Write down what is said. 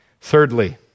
Thirdly